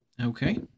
Okay